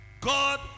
God